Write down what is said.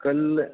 कल